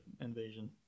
invasion